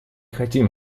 хотим